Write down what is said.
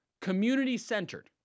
community-centered